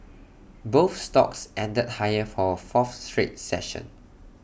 both stocks ended higher for A fourth straight session